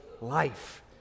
life